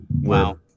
Wow